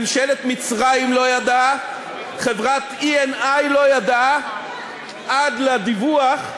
ממשלת מצרים לא ידעה, חברת Eni לא ידעה עד לדיווח.